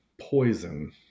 poison